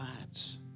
lives